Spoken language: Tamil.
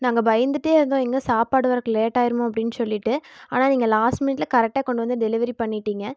நாங்கள் பயந்துகிட்டே இருந்தோம் எங்கே சாப்பாடு வர்றதுக்கு லேட் ஆகிடுமோ அப்படினு சொல்லிட்டு ஆனால் நீங்கள் லாஸ்ட் மினிட்ல கரெக்ட்டாக கொண்டு வந்து டெலிவரி பண்ணிட்டீங்கள்